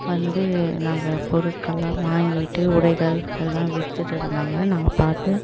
வந்து நாங்கள் பொருட்கள்லாம் வாங்கிக்கிட்டு உடைகள் எல்லாம் விற்றுட்டு இருந்தாங்க நாங்கள் பார்த்து